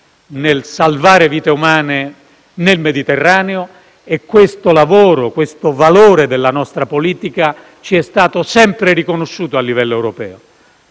nel salvare vite umane nel Mediterraneo e questo lavoro e questo valore della nostra politica ci sono stati sempre riconosciuti a livello europeo.